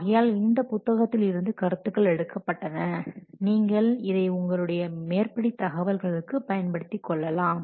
ஆகையால் இந்தப் புத்தகத்தில் இருந்து கருத்துக்கள் எடுக்கப்பட்டன நீங்கள் இதை உங்களுடைய மேற்படி தகவல்களுக்கு பயன்படுத்திக் கொள்ளலாம்